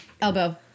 elbow